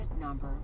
number